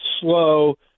slow